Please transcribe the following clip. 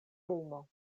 lumo